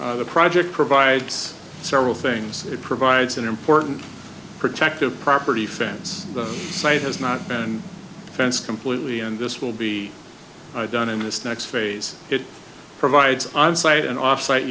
the project provides several things it provides an important protective property fence the site has not been fence completely and this will be done in this next phase it provides on site and off site